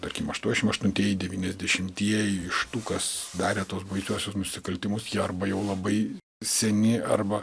tarkim aštuoniasdešimt aštuntieji devyniasdešimtieji iš tų kas darė tuos baisiuosius nusikaltimus arba jau labai seni arba